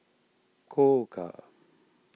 Koka